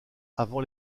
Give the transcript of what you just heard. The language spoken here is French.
avant